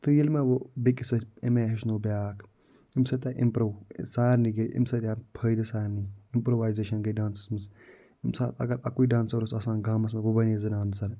تہٕ ییٚلہِ مےٚ وٕ بیٚکِس سۭتۍ أمۍ آیہِ ہیچھنو بیاکھ أمۍ سۭتۍ آیہِ اِمپروٗ سارِنٕے گٔے أمۍ سۭتۍ آیہِ فٲیِدٕ سارنٕے اِمپروٗوایزشَن گٔے ڈانسَس منٛز أمۍ ساتہٕ اگر اَکُے ڈانسَر اوس آسان گامَس وٕ بنایہِ زٕ ڈانسَر